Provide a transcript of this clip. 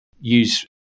use